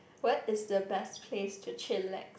what is the best place to chillax